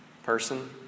Person